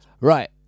Right